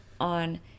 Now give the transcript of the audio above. on